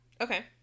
Okay